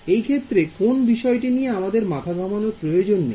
এই ক্ষেত্রে কোন বিষয়টি নিয়ে আমাদের মাথা ঘামানোর প্রয়োজন নেই